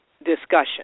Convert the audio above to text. discussion